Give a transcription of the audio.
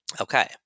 Okay